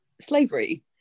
slavery